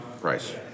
price